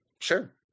Sure